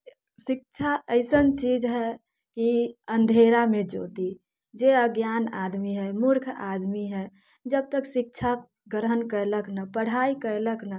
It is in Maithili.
शिक्षा अइसन चीज हय कि अँधेरामे ज्योति जे अज्ञान आदमी हय मूर्ख आदमी हय जब तक शिक्षा ग्रहण कयलक नहि पढ़ाइ कयलक नहि